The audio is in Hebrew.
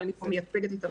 אבל אני פה מייצגת את המשרד,